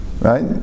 Right